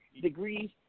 degrees